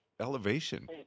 elevation